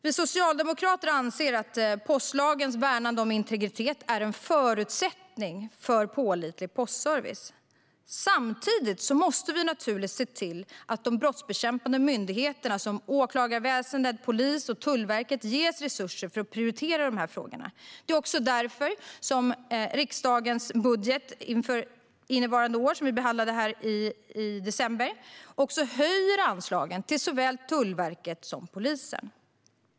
Vi socialdemokrater anser att postlagens värnande om integritet är en förutsättning för pålitlig postservice. Samtidigt måste vi naturligtvis se till att de brottsbekämpande myndigheterna, som åklagarväsendet, polis och Tullverket, ges resurser att prioritera dessa frågor. Det är också därför som regeringens budget för innevarande år som vi behandlade här i december också höjer anslagen till såväl Tullverket som polisen.